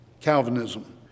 Calvinism